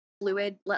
fluid